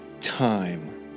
time